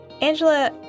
Angela